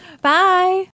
Bye